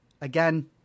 Again